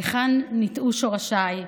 היכן ניטעו שורשיי,